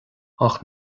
ach